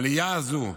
העלייה הזאת,